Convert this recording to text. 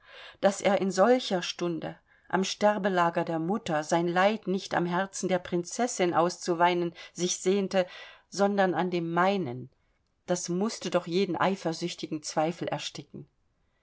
daß er in solcher stunde am sterbelager der mutter sein leid nicht am herzen der prinzessin auszuweinen sich sehnte sondern an dem meinen das mußte doch jeden eifersüchtigen zweifel ersticken